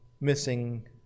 missing